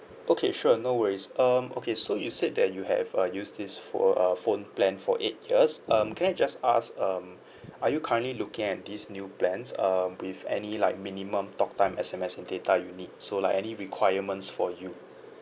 okay sure no worries um okay so you said that you have uh use this pho~ uh phone plan for eight years um can I just ask um are you currently looking at these new plans um with any like minimum talk time S_M_S and data you need so like any requirements for you